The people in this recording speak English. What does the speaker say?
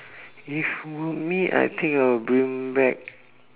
if it were me I think I'll bring back